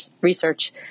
Research